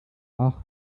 ach